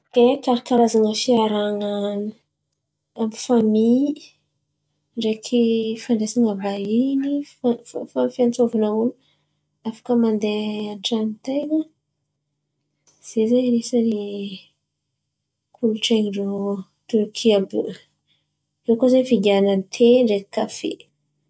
Ke karakarazan̈a fiarahan̈a amy famy ndreky, fandraisan̈a vahiny fa fantrovan̈a olo. Afaka mandeha an-trano tena zen̈y, zen̈y anisany kolontsain̈y ndrô Tôkiô àby io. Irô koa zen̈y vadana te ndreky kafe.